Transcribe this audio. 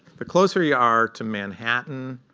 the closer you are to manhattan,